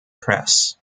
press